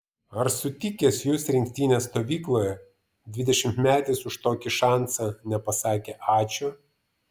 ar sutikęs jus rinktinės stovykloje dvidešimtmetis už tokį šansą nepasakė ačiū